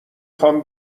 خوام